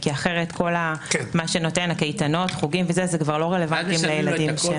כי אחרת כל מה שנותן קייטנות וחוגים זה כבר לא רלוונטי לילדים.